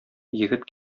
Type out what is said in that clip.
егет